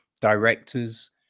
directors